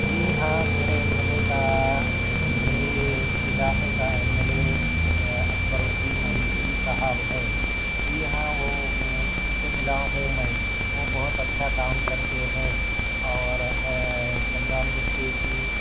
جی ہاں میرے M L A کا میرے علاقے کا M L A Akbaruddin Owaisi صاحب ہے جی ہاں وہ ان سے ملا ہوں میں وہ بہت اچھا کام کرتے ہیں اور ہاں چندان گٹی کی